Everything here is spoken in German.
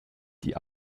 die